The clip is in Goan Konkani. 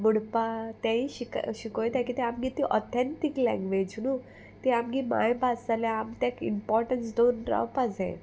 म्हणपा तेयी शिक शिकोयता किद्या आमगे ती ऑथेंटीक लँगवेज न्हू ती आमगे मायभास जाल्यार आमी तेक इमपोटन्स दोन रावपा जाये